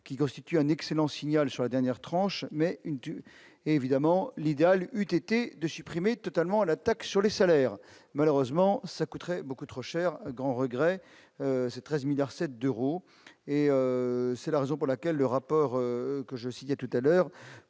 qui constitue un excellent signal sur la dernière tranche, mais une évidemment l'idéal eut été de supprimer totalement la taxe sur les salaires, malheureusement ça coûterait beaucoup trop cher grand regret, c'est 13 milliards 7 d'euros et c'est la raison pour laquelle le rapport que je citais tout à l'heure,